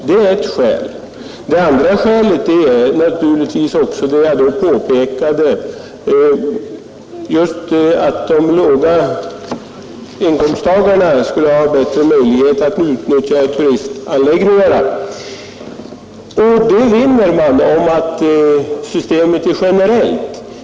Det andra är naturligtvis, som jag påpekade, just att låginkomsttagarna skulle få bättre möjlighet att utnyttja turistanläggningarna. Detta vinner man om systemet är generellt.